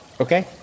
Okay